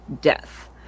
death